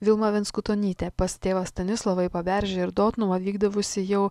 vilma venskutonytė pas tėvą stanislovą į paberžę ir dotnuvą vykdavusi jau